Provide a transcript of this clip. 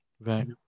Right